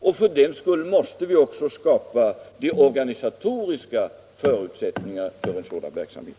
Vi måste då också skapa de organisatoriska förutsättningarna för en sådan verksamhet.